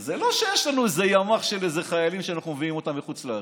זה לא שיש לנו איזה ימ"ח של חיילים שאנחנו מביאים אותם מחו"ל.